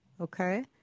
okay